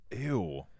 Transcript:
Ew